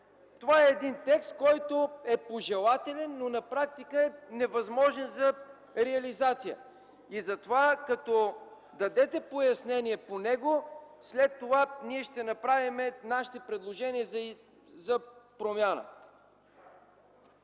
Това е един текст, който е пожелателен, но на практика е невъзможен за реализация. Затова, като дадете пояснение по него, след това ние ще направим нашите предложения за промяна.